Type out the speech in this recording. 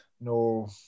no